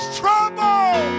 trouble